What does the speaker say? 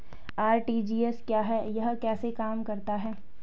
RTGS क्या है यह कैसे काम करता है?